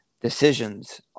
decisions